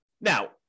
Now